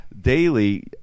daily